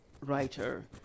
writer